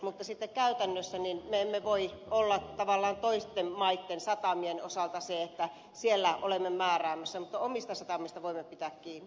mutta sitten käytännössä me emme voi olla tavallaan toisten maitten satamien osalta siellä määräämässä mutta omista satamistamme voimme pitää kiinni